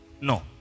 No